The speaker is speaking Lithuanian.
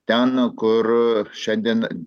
ten kur šiandien